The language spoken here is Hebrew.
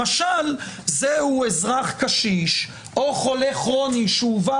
משל זהו אזרח קשיש או חולה כרוני שהובא